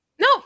No